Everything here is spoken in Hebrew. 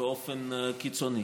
באופן קיצוני.